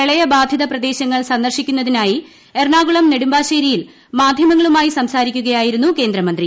പ്രളയബാധിത പ്രദേശങ്ങൾ സന്ദർശിക്കുന്നതിനായി എറണാകുളം നെടുമ്പാശ്ശേരിയിൽ മാധ്യമങ്ങളുമായി സംസാരിക്കുകയായിരുന്നു കേന്ദ്രമന്ത്രി